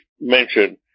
mentioned